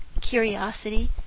curiosity